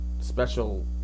special